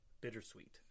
bittersweet